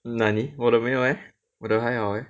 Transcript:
nani 我的没有 leh 我的还好 leh